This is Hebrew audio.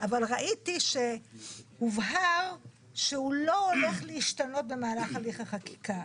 אבל ראיתי שהובהר שהוא לא הולך להשתנות במהלך החקיקה.